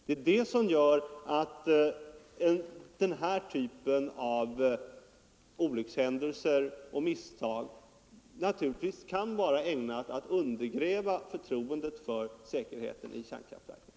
Det är det som gör att den här typen av olyckshändelser och misstag kan vara ägnade att undergräva förtroendet för säkerheten i kärnkraftverken.